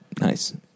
Nice